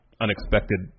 unexpected